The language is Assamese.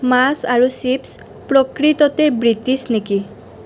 মাছ আৰু চিপছ প্ৰকৃততে ব্ৰিটিছ নেকি